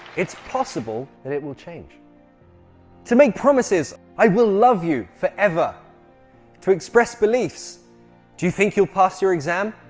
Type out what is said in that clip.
it's possible that it will change to make promises i will love you forever to express beliefs do you think you'll pass your exam